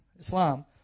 Islam